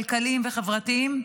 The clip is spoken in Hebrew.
כלכליים וחברתיים,